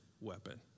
weapon